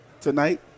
tonight